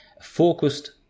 focused